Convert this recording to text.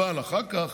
אבל אחר כך